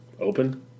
open